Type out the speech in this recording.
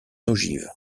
ogive